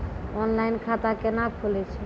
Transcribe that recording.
Online खाता केना खुलै छै?